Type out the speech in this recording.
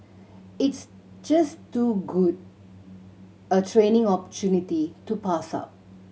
it's just too good a training opportunity to pass up